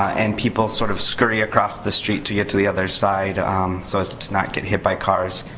and people sort of scurry across the street to get to the other side so as to not get hit by cars.